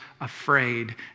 afraid